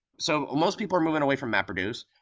so most people are moving away from mapreduce.